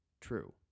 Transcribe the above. true